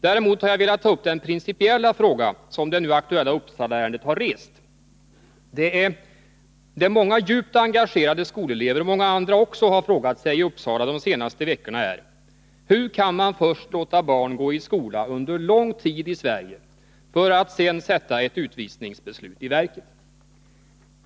Däremot har jag velat ta upp den principiella fråga som det nu aktuella Uppsalaärendet har rest. Det många djupt engagerade skolelever och många andra också har frågat sig i Uppsala de senaste veckorna är: Hur kan man först låta barn gå i skola under lång tid i Sverige för att sedan sätta ett utvisningsbeslut i verket?